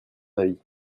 avis